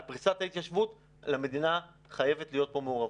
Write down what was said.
על פריסת ההתיישבות למדינה חייבת להיות פה מעורבות.